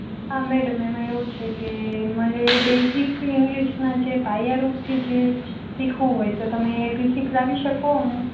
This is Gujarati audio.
હા મેડમ એમાં એવું છેકે મારે બેઝિક ઈંગ્લીશના જે પાયારૂપથી જે શીખવું હોય તો તમે એબી શિખવાડી શકો અમે